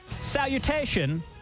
Salutation